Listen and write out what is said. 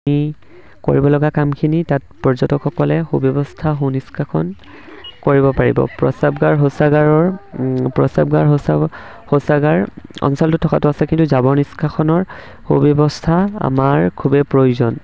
আমি কৰিব লগা কামখিনি তাত পৰ্যটকসকলে সুব্যৱস্থা সুনিষ্কাশন কৰিব পাৰিব প্ৰস্ৰাৱগাৰ শৌচাগাৰৰ প্ৰস্ৰাৱগাৰ শৌচাগাৰ অঞ্চলটো থকাটোত আছে কিন্তু জাবৰ নিষ্কাশনৰ সুব্যৱস্থা আমাৰ খুবেই প্ৰয়োজন